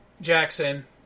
Jackson